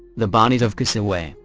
the bodies of cassaway,